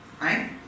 right